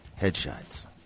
headshots